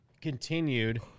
continued